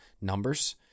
numbers